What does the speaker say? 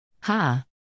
Ha